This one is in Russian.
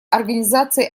организации